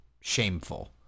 shameful